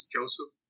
Joseph